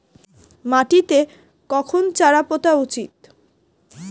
মাটিতে কখন চারা পোতা উচিৎ?